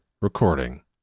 recording